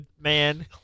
man